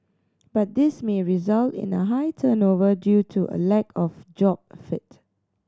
but this may result in a high turnover due to a lack of job fit